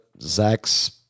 Zach's